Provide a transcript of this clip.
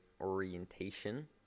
orientation